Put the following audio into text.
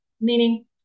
Meaning